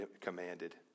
commanded